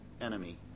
enemy